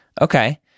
Okay